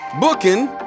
booking